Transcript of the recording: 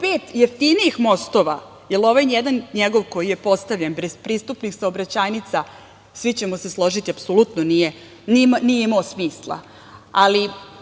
pet jeftinijih mostova, jer ovaj jedan njegov koji je postavljen bez pristupnih saobraćajnica, svi ćemo se složiti, apsolutno nije imao smisla. Ali,